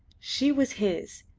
she was his,